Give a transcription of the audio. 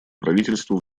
правительству